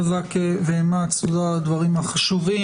חזק ואמץ על הדברים החשובים.